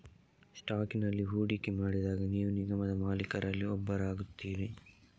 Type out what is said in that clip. ಸ್ಟಾಕಿನಲ್ಲಿ ಹೂಡಿಕೆ ಮಾಡಿದಾಗ ನೀವು ನಿಗಮದ ಮಾಲೀಕರಲ್ಲಿ ಒಬ್ಬರಾಗುತ್ತೀರಿ